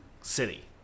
city